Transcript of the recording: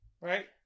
Right